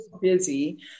Busy